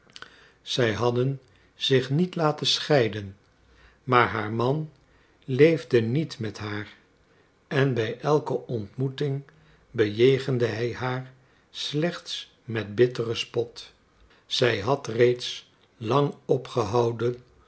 zij hadden zich niet laten scheiden maar haar man leefde niet met haar en bij elke ontmoeting bejegende hij haar steeds met bitteren spot zij had reeds lang opgehouden